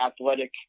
athletic